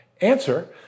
Answer